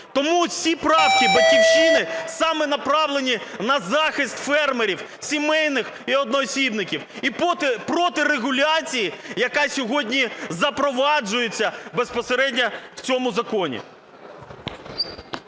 Тому ці правки "Батьківщини" саме направлені на захист фермерів сімейних і одноосібників, і проти регуляції, яка сьогодні запроваджується безпосередньо в цьому законі.